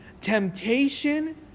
temptation